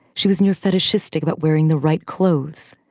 she was near fetishistic, but wearing the right clothes,